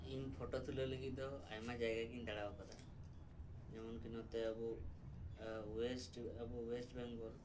ᱤᱧ ᱯᱷᱳᱴᱳ ᱛᱩᱞᱟᱹᱣ ᱞᱟᱹᱜᱤᱫ ᱫᱚ ᱟᱭᱢᱟ ᱡᱟᱭᱜᱟ ᱜᱮᱧ ᱫᱟᱬᱟ ᱟᱠᱟᱫᱟ ᱡᱮᱢᱚᱱ ᱠᱤ ᱱᱚᱛᱮ ᱟᱵᱚ ᱳᱭᱮᱥᱴᱟᱵᱚ ᱳᱭᱮᱥᱴ ᱵᱮᱝᱜᱚᱞ